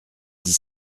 dix